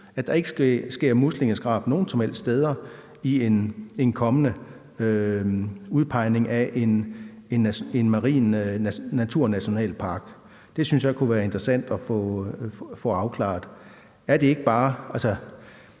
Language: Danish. at der ikke vil ske muslingeskrab nogen som helst steder, hvad angår en kommende udpegning af en marin naturnationalpark? Det synes jeg kunne være interessant at få afklaret. For så er